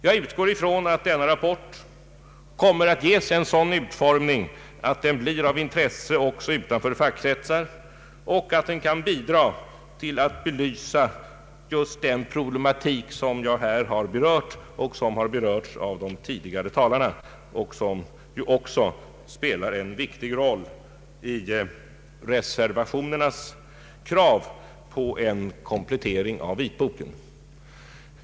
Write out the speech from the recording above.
Jag utgår ifrån att denna rapport kommer att ges en sådan utformning att den blir av intresse också utanför fackkretsar och att den kan bidra till att belysa just den problematik som jag här har berört, som har berörts även av de tidigare talarna och som spelar en viktig roll i reservationernas krav på en kompleitering av vitboken.